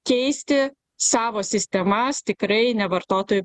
keisti savo sistemas tikrai ne vartotojui